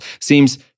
seems